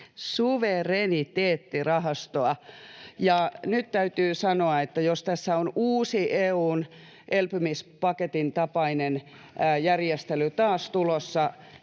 suvereniteettirahastoa. Nyt täytyy sanoa, että jos tässä on uusi EU:n elpymispaketin tapainen järjestely taas tulossa,